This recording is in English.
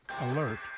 Alert